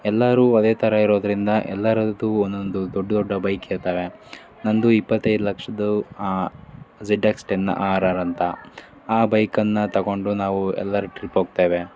ಎಲ್ಲರೂ ಅದೇ ಥರ ಇರೋದರಿಂದ ಎಲ್ಲರದ್ದೂ ಒಂದೊಂದು ದೊಡ್ಡ ದೊಡ್ಡ ಬೈಕ್ ಇರ್ತವೆ ನನ್ನದು ಇಪ್ಪತ್ತೈದು ಲಕ್ಷದ್ದು Z X ten R R ಅಂತ ಆ ಬೈಕನ್ನು ತೊಗೊಂಡು ನಾವು ಎಲ್ಲರೂ ಟ್ರಿಪ್ ಹೋಗ್ತೇವೆ